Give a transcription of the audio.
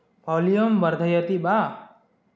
volume वर्धयति वा